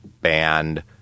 band